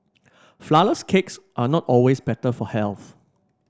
flourless cakes are not always better for health